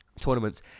tournaments